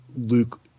Luke